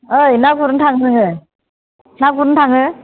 ओइ ना गुरनो थाङो नोङो ना गुरनो थाङो